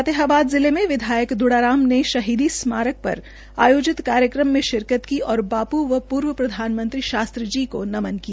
फतेहाबाद जिले में विधायक द्ड़ाराम ने शहीदी स्मारक पर आयोजित कार्यक्रम में शिरकत की और बाप् व पूर्व प्रधानमंत्री शास्त्री ाके नमन किया